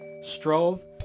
strove